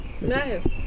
Nice